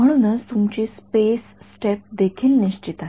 म्हणूनच तुमची space step देखील निश्चित आहे